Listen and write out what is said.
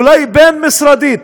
אולי בין-משרדית,